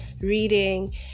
reading